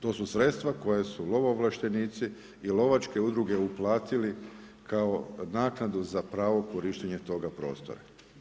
To su sredstva koja su lovoovlaštenici i lovačke udruge uplatili kao naknadu za pravo korištenja toga prostora.